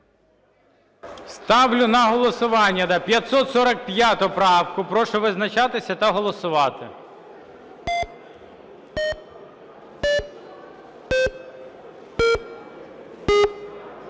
Ставлю на голосування 545 правку. Прошу визначатись та голосувати.